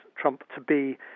Trump-to-be